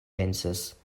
pensas